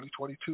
2022